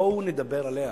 בואו נדבר עליה.